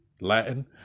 latin